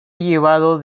llevado